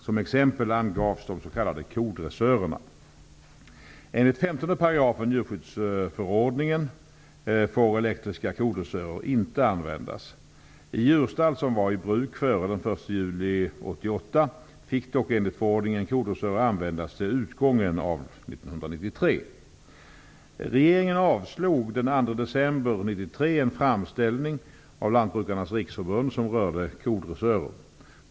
Som exempel angavs de s.k. Regeringen avslog den 2 december 1993 en framställning av Lantbrukarnas riksförbund som rörde kodressörer.